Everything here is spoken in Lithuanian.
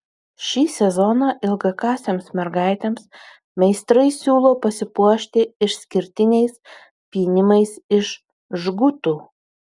šį sezoną ilgakasėms mergaitėms meistrai siūlo pasipuošti išskirtiniais pynimais iš žgutų